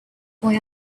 boy